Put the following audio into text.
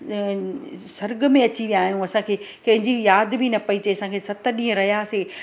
स्वर्ग में अची विया आहियूं असांखे कंहिंजी यादि बि न पेई अचे असांखे सत ॾींहं रहियासीं